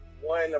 one